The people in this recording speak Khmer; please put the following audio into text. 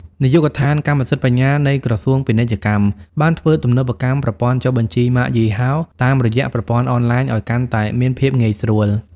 នាយកដ្ឋានកម្មសិទ្ធិបញ្ញានៃក្រសួងពាណិជ្ជកម្ម បានធ្វើទំនើបកម្មប្រព័ន្ធចុះបញ្ជីម៉ាកយីហោតាមរយៈប្រព័ន្ធអនឡាញឱ្យកាន់តែមានភាពងាយស្រួល។